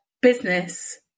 business